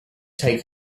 take